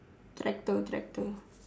tractor tractor